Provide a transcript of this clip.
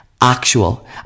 actual